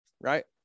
Right